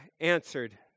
answered